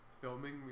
Filming